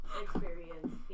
experience